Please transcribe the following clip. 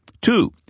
Two